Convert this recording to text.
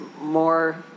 more